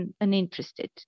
uninterested